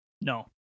no